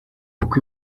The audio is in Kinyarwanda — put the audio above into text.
uko